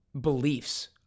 beliefs